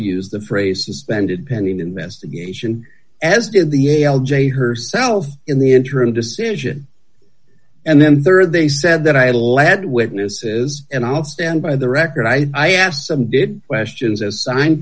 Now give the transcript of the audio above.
use the phrase suspended pending investigation as did the a l j herself in the interim decision and then there are they said that i had a lead witnesses and i'll stand by the record i i asked some good questions as sign